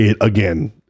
Again